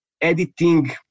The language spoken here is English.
editing